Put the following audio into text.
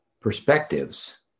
perspectives